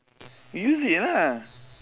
use it ah